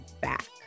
back